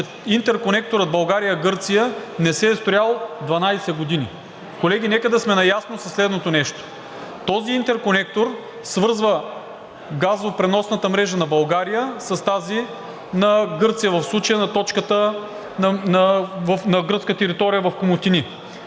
че интерконекторът България – Гърция не се е строял 12 години. Колеги, нека да сме наясно със следното нещо – този интерконектор свързва газопреносната мрежа на България с тази на Гърция, в случая на точката на гръцка територия в Комотини.